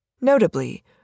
Notably